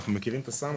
אנחנו מכירים את הסם.